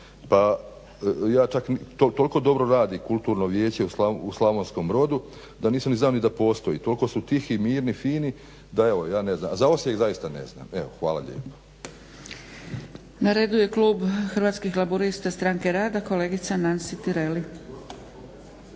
pa ja čak to toliko dobro radi Kulturno vijeće u Slavonskom Brodu da nisam ni znao da postoji. Toliko su tihi, mirni, fini da evo ja ne znam, a za Osijek zaista ne znam. Evo hvala lijepo.